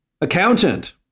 Accountant